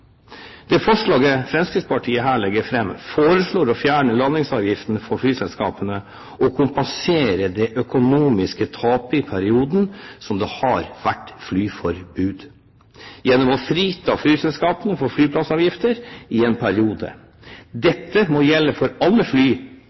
Det forslaget Fremskrittspartiet her legger fram, foreslår å fjerne landingsavgiften for flyselskapene og kompensere det økonomiske tapet i perioden det har vært flyforbud, gjennom å frita flyselskapene for flyplassavgifter i en periode. Dette må gjelde for alle fly